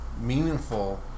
meaningful